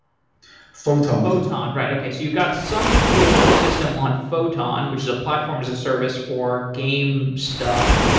photon. photon. right. okay, so you've got some of your system on photon, which is a platform as a service for game stuff,